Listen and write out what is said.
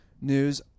news